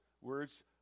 words